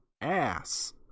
ass